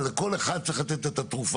המבנים האלה אחרי רעידת אדמה יכולים להיות מבנים